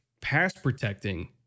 pass-protecting